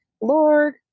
lord